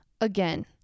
again